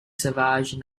savage